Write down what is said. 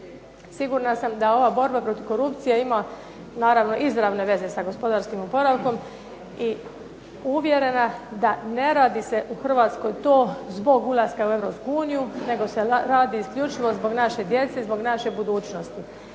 Sigurna sam da ova borba protiv korupcije ima naravno izravne veze sa gospodarskim oporavkom i uvjerena da ne radi se u Hrvatskoj to zbog ulaska u Europsku uniju, nego se radi isključivo zbog naše djece i zbog naše budućnosti.